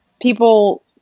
people